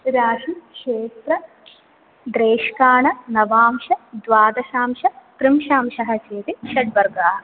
राशि क्षेत्र द्रेष्काण नवांश द्वादशांश त्रिंशांशः चेति षड् वर्गाः